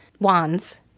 Wands